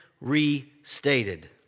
restated